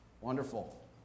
Wonderful